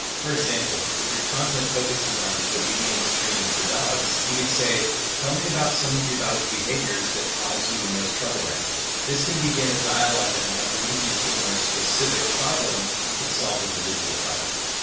for example, if your content focuses on obedience training for dogs, you could say, tell me about some of your dog's behaviors that cause you the most trouble right now. this can begin a dialogue that might lead you to a more specific problem you could solve with a digital product.